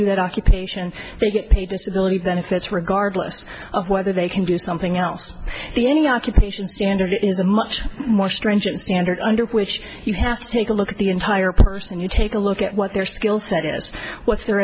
that occupation they get paid disability benefits regardless of whether they can do something else the ending occupation standard is a much more stringent standard under which you have to take a look at the entire person you take a look at what their skillset is what their